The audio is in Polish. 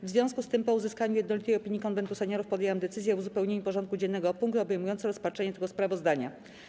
W związku z tym, po uzyskaniu jednolitej opinii Konwentu Seniorów, podjęłam decyzję o uzupełnieniu porządku dziennego o punkt obejmujący rozpatrzenie tego sprawozdania.